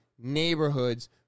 neighborhoods